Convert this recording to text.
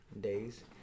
days